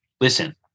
listen